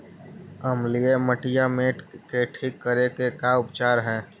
अमलिय मटियामेट के ठिक करे के का उपचार है?